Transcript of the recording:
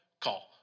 Call